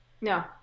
No